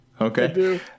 Okay